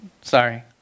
sorry